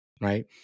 Right